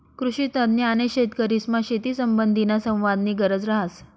कृषीतज्ञ आणि शेतकरीसमा शेतीसंबंधीना संवादनी गरज रहास